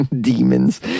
Demons